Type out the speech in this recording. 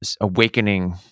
awakening